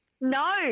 No